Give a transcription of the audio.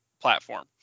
platform